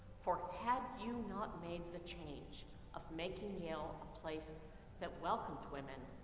for had you not made the change of making yale a place that welcomed women,